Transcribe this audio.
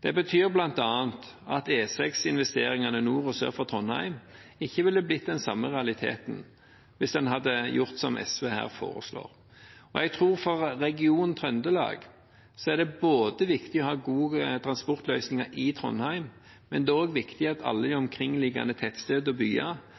Det betyr bl.a. at E6-investeringene nord og sør for Trondheim ikke ville blitt den samme realiteten hvis en hadde gjort som SV her foreslår. Jeg tror at for regionen Trøndelag er det viktig å ha gode transportløsninger i Trondheim, men det er også viktig at alle de omkringliggende tettstedene og